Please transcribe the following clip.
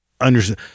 understand